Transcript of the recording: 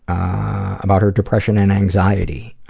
about her depression and anxiety.